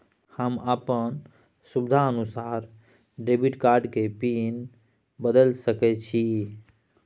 हम अपन सुविधानुसार डेबिट कार्ड के पिन बदल सके छि?